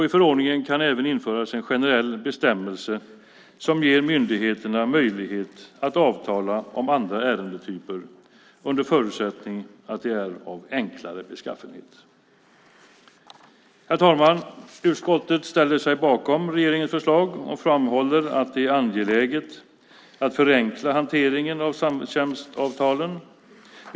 I förordningen kan även införas en generell bestämmelse som ger myndigheterna möjlighet att avtala om andra ärendetyper under förutsättning att de är av enklare beskaffenhet. Herr talman! Utskottet ställer sig bakom regeringens förslag och framhåller att det är angeläget att förenkla hanteringen av samtjänstavtalen.